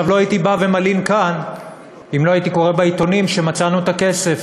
לא הייתי בא ומלין כאן אם לא הייתי קורא בעיתונים שמצאנו את הכסף.